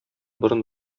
борын